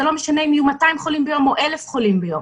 זה לא משנה אם יהיו 200 חולים ביום או 1,000 חולים ביום.